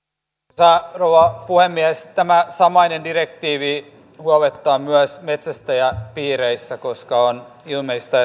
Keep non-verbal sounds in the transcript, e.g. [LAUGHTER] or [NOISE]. arvoisa rouva puhemies tämä samainen direktiivi huolettaa myös metsästäjäpiireissä koska on ilmeistä [UNINTELLIGIBLE]